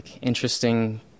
interesting